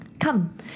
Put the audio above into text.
Come